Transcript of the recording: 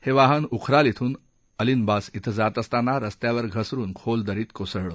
हे वाहन उखराल भून अलिनबास श्वे जात असताना रस्त्यावर घसरुन खोल दरीत कोसळलं